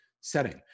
setting